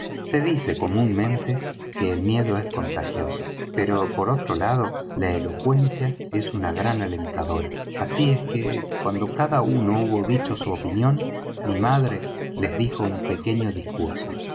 se dice comunmente que el miedo es contagioso pero por otro lado la elocuencia es una gran alentadora así es que cuando cada uno hubo dicho su opinión mi madre les dijo un pequeño discurso